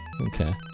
Okay